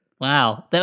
Wow